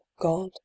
God